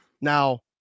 Now